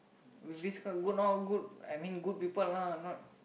with this guy good not good I mean good people lah not